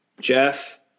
Jeff